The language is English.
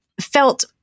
felt